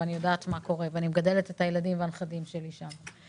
אני יודעת מה קורה ואני מגדלת את הילדים והנכדים שלי שם.